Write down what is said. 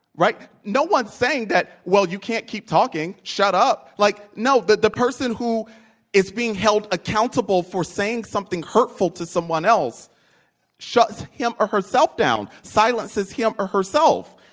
right? no one's saying that, well, you can't keep talking. shut up. like no but the person who is being held accountable for saying something hurtful to someone else shuts him or herself down, silences him or herself.